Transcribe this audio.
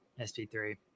SP3